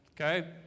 okay